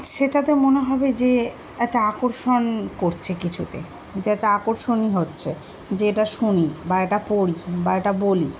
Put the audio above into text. সেটাতে মনে হবে যে এত আকর্ষণ করছে কিছুতে যে এত আকর্ষণই হচ্ছে যে এটা শুনি বা এটা পড়ি বা এটা বলি